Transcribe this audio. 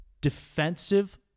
Defensive